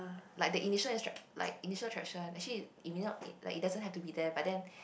like the initial instruc~ like initial attraction actually it may not like it doesn't have to be there but then